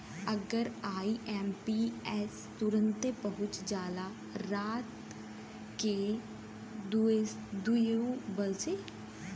मगर आई.एम.पी.एस तुरन्ते पहुच जाला राट के दुइयो बजे